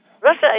Russia